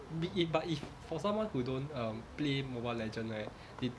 be if but if for someone who don't um play mobile legend right they